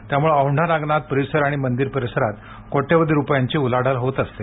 त्यामुळे औंढा नागनाथ परिसर आणि मंदिर परिसरात कोट्यवधी रुपयांची उलाढाल होत असते